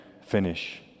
finish